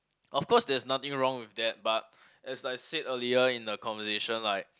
of course there's nothing wrong with that but as I said earlier in the conversation like